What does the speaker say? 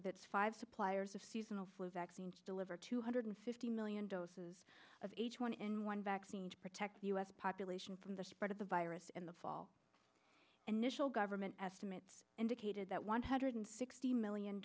with its five suppliers of seasonal flu vaccines to deliver two hundred fifty million doses of h one n one vaccine to protect the u s population from the spread of the virus in the fall initial government estimates indicated that one hundred sixty million